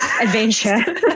adventure